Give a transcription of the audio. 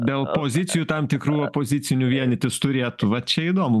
dėl pozicijų tam tikrų opozicinių vienytis turėtų va čia įdomu